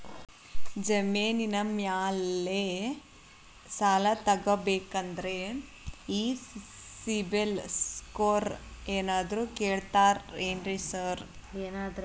ಜಮೇನಿನ ಮ್ಯಾಲೆ ಸಾಲ ತಗಬೇಕಂದ್ರೆ ಈ ಸಿಬಿಲ್ ಸ್ಕೋರ್ ಏನಾದ್ರ ಕೇಳ್ತಾರ್ ಏನ್ರಿ ಸಾರ್?